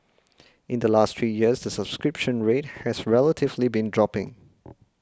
in the last three years the subscription rate has relatively been dropping